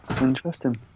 Interesting